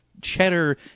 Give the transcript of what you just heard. Cheddar